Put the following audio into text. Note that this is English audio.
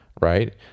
Right